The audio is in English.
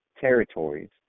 territories